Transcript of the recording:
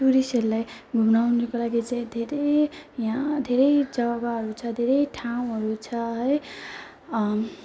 टुरिस्टहरूलाई घुम्नु आउनुको लागि चाहिँ धेरै यहाँ धेरै जगाहरू छ धेरै ठाउँहरू छ है